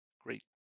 Great